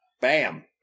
Bam